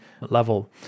level